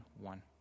one